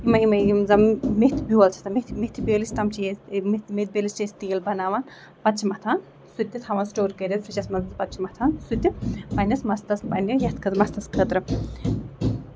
یِمے یِمے یِم زَن میتھِ بیول چھُ آسان میتھِ بیٲلِس تانۍ چھِ أسۍ میتھِ بیٲلِس چھِ أسۍ تیٖل بَناوان پَتہٕ چھِ مَتھان سُہ تہِ تھاوان سِٹور کٔرِتھ فرجَس منٛز پَتہٕ چھِ مَتھان سُہ تہِ پَنٕنِس مَستس پَنٕنہِ یتھ خٲطرٕ مَستَس خٲطرٕ